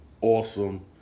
awesome